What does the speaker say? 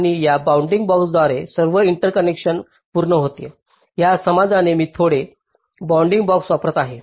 आणि या बाउंडिंग बॉक्सद्वारे सर्व इंटरकनेक्शन पूर्ण होतील या समजाने मी थोडे मोठे बाउंडिंग बॉक्स वापरत आहे